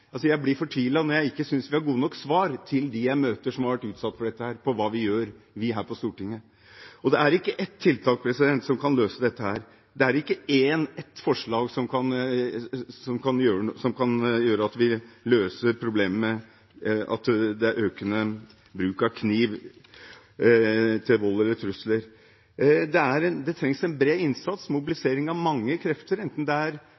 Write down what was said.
synes vi har gode nok svar til dem jeg møter som har vært utsatt for dette, på hva vi gjør her på Stortinget. Det er ikke ett tiltak som kan løse dette, det er ikke ett forslag som kan gjøre at vi løser problemet med økende bruk av kniv til vold eller trusler. Det trengs bred innsats og mobilisering av mange krefter, enten det er